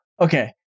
okay